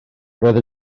roedd